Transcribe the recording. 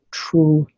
true